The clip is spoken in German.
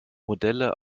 modelle